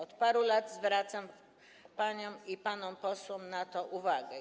Od paru lat zwracam paniom i panom posłom na to uwagę.